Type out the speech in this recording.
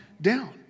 down